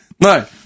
No